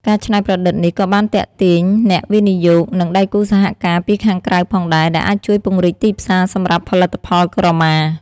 ការច្នៃប្រឌិតនេះក៏បានទាក់ទាញអ្នកវិនិយោគ និងដៃគូសហការពីខាងក្រៅផងដែរ ដែលអាចជួយពង្រីកទីផ្សារសម្រាប់ផលិតផលក្រមា។